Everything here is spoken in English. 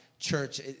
Church